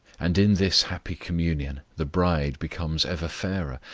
and in this happy communion the bride becomes ever fairer,